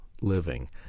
living